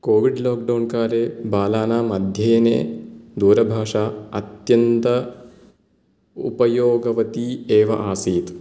COVID लोक्डौन्काले बालानां अध्ययने दूरभाषा अत्यन्त उपयोगवती एव आसीत्